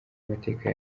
amateka